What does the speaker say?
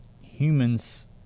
humans